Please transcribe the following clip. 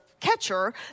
catcher